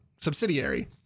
subsidiary